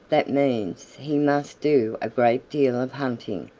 that means he must do a great deal of hunting,